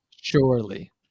Surely